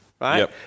right